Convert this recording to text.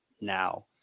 now